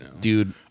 Dude